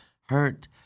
hurt